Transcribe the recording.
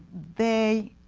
they